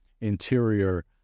interior